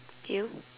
you